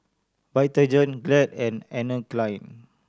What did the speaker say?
Vitagen Glad and Anne Klein